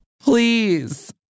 Please